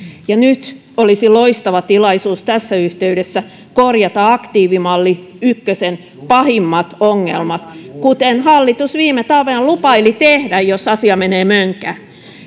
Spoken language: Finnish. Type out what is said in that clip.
nyt olisi loistava tilaisuus tässä yhteydessä korjata aktiivimalli ykkösen pahimmat ongelmat kuten hallitus viime talvena lupaili tehdä jos asia menee mönkään